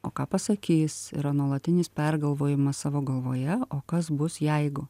o ką pasakys yra nuolatinis per galvojimas savo galvoje o kas bus jeigu